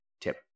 Tip